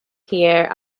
here